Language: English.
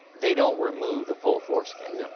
they don't remove the whole foreskin?